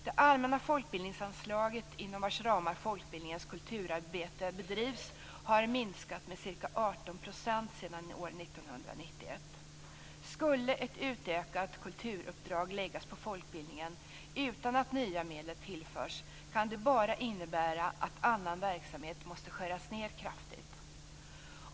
Det allmänna folkbildningsanslaget, inom vars ramar folkbildningens kulturarbete bedrivs, har minskat med ca 18 % sedan år 1991. Skulle ett utökat kulturuppdrag läggas på folkbildningen utan att nya medel tillförs kan det bara innebära att annan verksamhet måste skäras ned kraftigt.